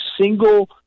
single